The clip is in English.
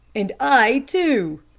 and i, too,